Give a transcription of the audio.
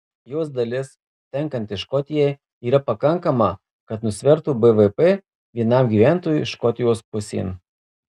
jos dalis tenkanti škotijai yra pakankama kad nusvertų bvp vienam gyventojui škotijos pusėn